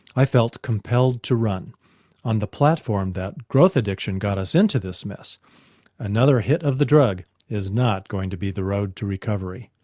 i felt compelled to run on the platform that growth addiction got us into this mess another hit of the drug is not going to be the road to recovery.